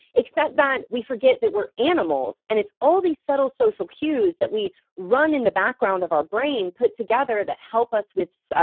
except that we forget that we're animals, and it's all these subtle social cues that we run in the background of our brain, put together, that help us with. so ah